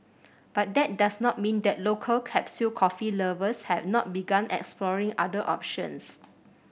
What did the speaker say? but that does not mean that local capsule coffee lovers have not begun exploring other options